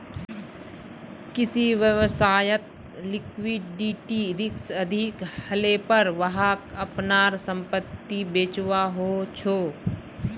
किसी व्यवसायत लिक्विडिटी रिक्स अधिक हलेपर वहाक अपनार संपत्ति बेचवा ह छ